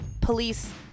police